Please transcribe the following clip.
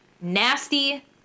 nasty